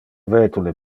vetule